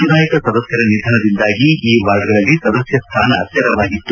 ಚುನಾಯಿತ ಸದಸ್ತರ ನಿಧನದಿಂದಾಗಿ ಈ ವಾರ್ಡ್ಗಳಲ್ಲಿ ಸದಸ್ತ ಸ್ಥಾನ ತೆರವಾಗಿತ್ತು